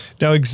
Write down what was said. Now